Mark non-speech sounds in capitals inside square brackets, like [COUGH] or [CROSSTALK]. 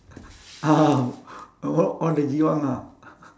ah a~ al~ all the giwang ah [LAUGHS]